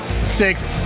six